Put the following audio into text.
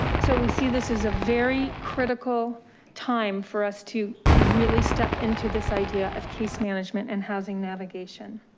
so we see this as a very critical time for us to really step into this idea of case management and housing navigation.